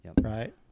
right